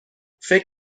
فکر